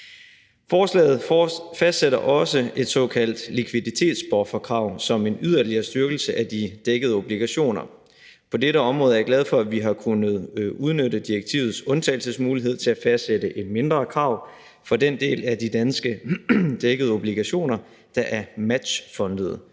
Forslaget fastsætter også et såkaldt likviditetsbufferkrav som en yderligere styrkelse af de dækkede obligationer. På dette område er jeg glad for, at vi har kunnet udnytte direktivets undtagelsesmulighed til at fastsætte et mindre krav for den del af de danske dækkede obligationer, der er matchfundede.